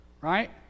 Right